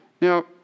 Now